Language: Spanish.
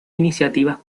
iniciativas